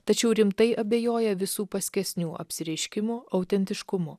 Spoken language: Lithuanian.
tačiau rimtai abejoja visų paskesnių apsireiškimų autentiškumu